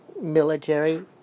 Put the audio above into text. military